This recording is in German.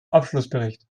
abschlussbericht